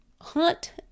hunt